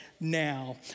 now